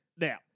Now